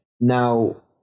Now